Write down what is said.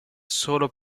solo